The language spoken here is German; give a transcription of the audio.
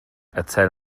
erzähl